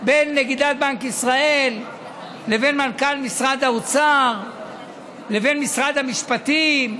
בין נגידת בנק ישראל לבין מנכ"ל משרד האוצר לבין משרד המשפטים,